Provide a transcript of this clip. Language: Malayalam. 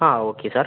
ആ ഓക്കെ സാർ